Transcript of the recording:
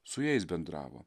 su jais bendravo